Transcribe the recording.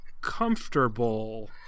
comfortable